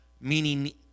Meaning